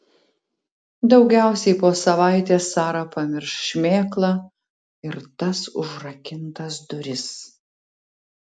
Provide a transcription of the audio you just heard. daugiausiai po savaitės sara pamirš šmėklą ir tas užrakintas duris